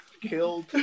killed